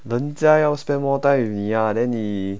人家要 spend more time with 你 then 你